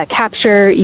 capture